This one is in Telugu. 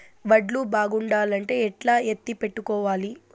వడ్లు బాగుండాలంటే ఎట్లా ఎత్తిపెట్టుకోవాలి?